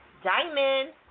Diamond